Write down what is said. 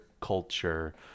culture